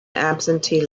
absentee